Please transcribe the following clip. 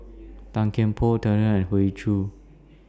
Tan Kian Por and Hoey Choo